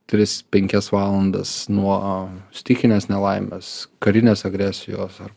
tris penkias valandas nuo stichinės nelaimės karinės agresijos ar